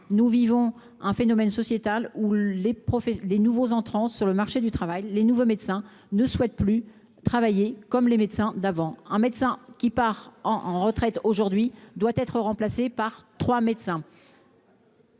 nous vivons un phénomène sociétal où les profs et les nouveaux entrants sur le marché du travail, les nouveaux médecins ne souhaite plus travailler comme les médecins d'avant, un médecin qui part en retraite aujourd'hui, doit être remplacée par 3 médecins.